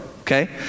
Okay